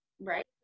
right